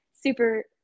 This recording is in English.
Super